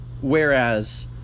whereas